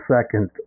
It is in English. Second